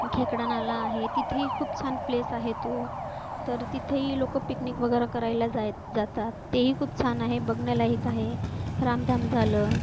खेकडा नाला आहे तिथेही खूप छान प्लेस आहे तो तर तिथेही लोक पिकनिक वगैरे करायला जाय जातात तेही खूप छान आहे बघण्यालायक आहे रामधाम झालं